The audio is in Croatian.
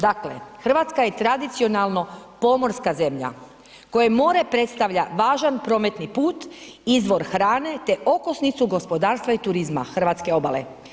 Dakle, RH je tradicionalno pomorska zemlja kojoj more predstavlja važan prometni put, izvor hrane, te okosnicu gospodarstva i turizma hrvatske obale.